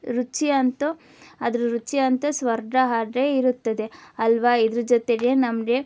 ರುಚಿ ಅಂತು ಅದ್ರ ರುಚಿ ಅಂತು ಸ್ವರ್ಗ ಹಾಗೆ ಇರುತ್ತದೆ ಅಲ್ಲವಾ ಇದ್ರ ಜೊತೆಗೆ ನಮಗೆ